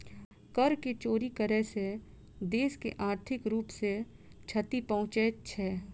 कर के चोरी करै सॅ देश के आर्थिक रूप सॅ क्षति पहुँचे छै